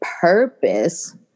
purpose